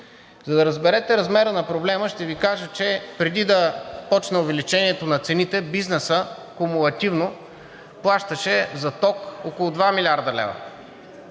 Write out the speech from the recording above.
За да разберете размера на проблема, ще Ви кажа, че преди да почне увеличението на цените, бизнесът кумулативно плащаше за ток около 2 млрд. лв.